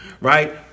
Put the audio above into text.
right